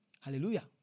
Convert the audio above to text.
hallelujah